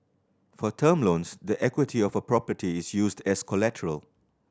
for term loans the equity of a property is used as collateral